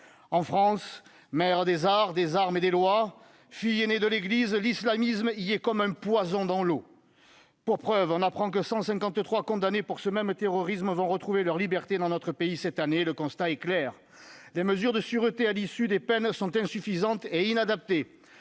En France, mère des arts, des armes et des lois, fille aînée de l'Église, l'islamisme est comme un poison dans l'eau ! Pour preuve, on apprend que 153 condamnés pour actes de terrorisme vont retrouver la liberté dans notre pays cette année. Le constat est clair : les mesures de sûreté à l'issue des peines sont insuffisantes et inadaptées.